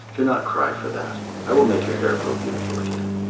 do not cry for that i will make your hair grow beautiful again.